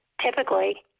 typically